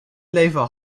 leven